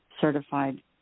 certified